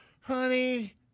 Honey